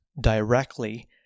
directly